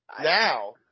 Now